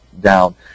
down